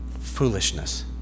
foolishness